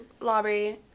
Lobby